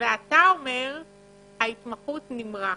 אתה אומר שההתמחות נמרחת.